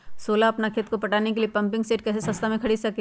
सोलह अपना खेत को पटाने के लिए पम्पिंग सेट कैसे सस्ता मे खरीद सके?